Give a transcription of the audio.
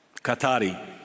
Qatari